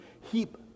Heap